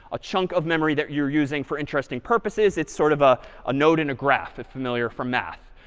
a chunk of memory that you're using for interesting purposes. it's sort of ah a node in a graph if familiar from math.